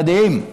מדהים.